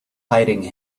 hiding